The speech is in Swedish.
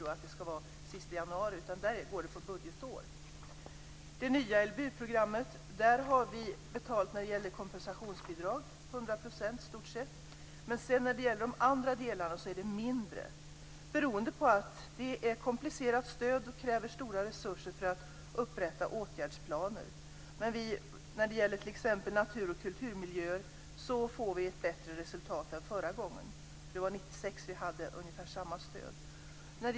Det ska inte vara den sista januari, utan det går på budgetår. I det nya LBU-programmet har vi betalat kompensationsbidrag till i stort sett 100 %. För de andra delarna är det mindre, beroende på att det är ett komplicerat stöd och att det krävs stora resurser för att upprätta åtgärdsplaner. Men för t.ex. natur och kulturmiljöer får vi ett bättre resultat än förra gången. År 1996 hade vi ungefär samma stöd.